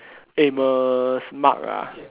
Amos Mark ah